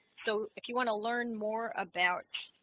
so if you want to learn more about